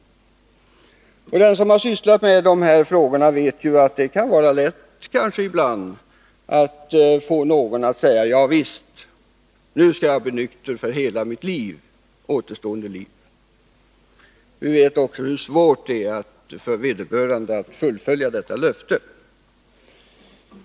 Den som sysslat med dessa frågor vet ju att det ibland kan vara lätt att få någon att säga: Ja visst, nu skall jag bli nykter för hela mitt kommande liv. Men vi vet också hur svårt det är för vederbörande att fullfölja detta löfte.